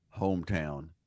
hometown